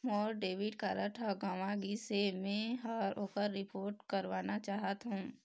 मोर debit card ह गंवा गिसे, मै ह ओकर रिपोर्ट करवाना चाहथों